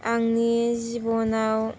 आंनि जिब'नाव